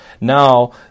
Now